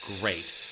great